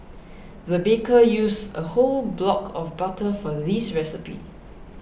the baker used a whole block of butter for this recipe